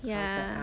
ya